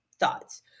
thoughts